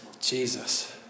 Jesus